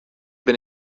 been